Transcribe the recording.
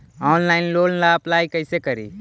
Online loan ला apply कैसे करी?